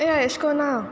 ए एशे कोन्न ना